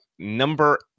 Number